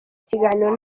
kiganiro